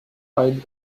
fallen